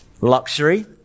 luxury